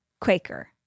Quaker